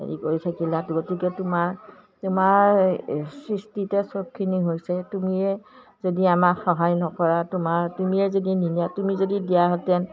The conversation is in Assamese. হেৰি কৰি থাকিলা গতিকে তোমাৰ তোমাৰ সৃষ্টিতে চবখিনি হৈছে তুমিয়ে যদি আমাক সহায় নকৰা তোমাৰ তুমিয়ে যদি নিনিয়া তুমি যদি দিয়া হেঁতেন